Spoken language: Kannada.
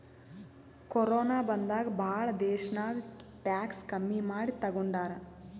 ಕೊರೋನ ಬಂದಾಗ್ ಭಾಳ ದೇಶ್ನಾಗ್ ಟ್ಯಾಕ್ಸ್ ಕಮ್ಮಿ ಮಾಡಿ ತಗೊಂಡಾರ್